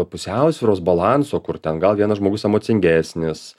pusiausvyros balanso kur ten gal vienas žmogus emocingesnis